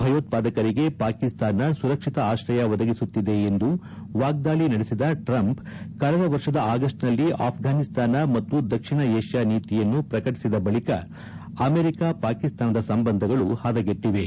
ಭಯೋತ್ವಾದಕರಿಗೆ ಪಾಕಿಸ್ತಾನ ಸುರಕ್ಷಿತ ಆಶ್ರಯ ಒದಗಿಸುತ್ತಿದೆ ಎಂದು ವಾಗ್ದಾಳಿ ನಡೆಸಿದ ಟ್ರಂಪ್ ಕಳೆದ ವರ್ಷದ ಆಗಸ್ಟ್ನಲ್ಲಿ ಅಫ್ರಾನಿಸ್ತಾನ ಮತ್ತು ದಕ್ಷಿಣ ಏಷ್ಯಾ ನೀತಿಯನ್ನು ಪ್ರಕಟಿಸಿದ ಬಳಿಕ ಅಮೆರಿಕ ಪಾಕಿಸ್ತಾನದ ಸಂಬಂಧಗಳು ಹದಗೆಟ್ಟಿವೆ